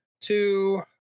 two